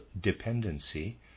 dependency